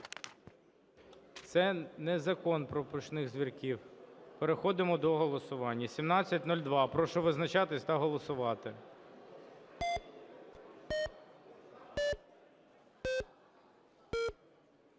Це не закон про пушних звірків. Переходимо до голосування 1702. Прошу визначатися та голосувати.